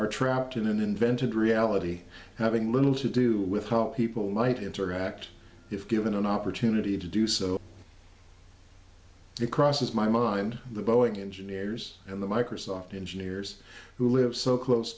are trapped in an invented reality having little to do with how people might interact if given an opportunity to do so it crosses my mind the boeing engineers and the microsoft engineers who live so close